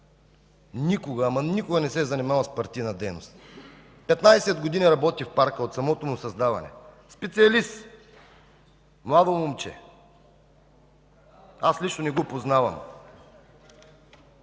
никога, ама никога не се е занимавал с партийна дейност. Петнадесет години работи в Парка, от самото му създаване – специалист, младо момче. Аз лично не го познавам.